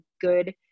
good